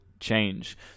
change